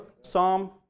Psalm